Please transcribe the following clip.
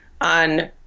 on